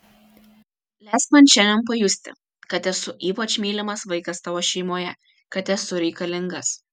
leisk man šiandien pajusti kad esu ypač mylimas vaikas tavo šeimoje kad esu reikalingas